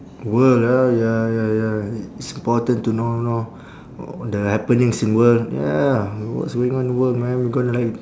world ah ya ya ya it's important to know you know the happenings in world ya what's going on in the world man we gonna like